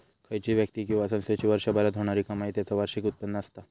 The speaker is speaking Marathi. खयची व्यक्ती किंवा संस्थेची वर्षभरात होणारी कमाई त्याचा वार्षिक उत्पन्न असता